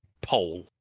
pole